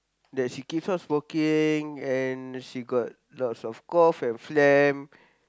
that she keeps on smoking and she got lots of cough and phlegm